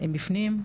הם בפנים,